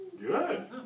Good